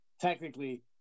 technically